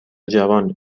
جنوب